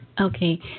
Okay